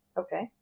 Okay